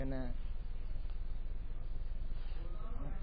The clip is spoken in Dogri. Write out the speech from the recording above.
कन्ने